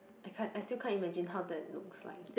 I can't I still can't imagine how that looks like